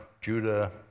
Judah